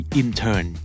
intern